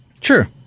Sure